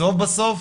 בסוף בסוף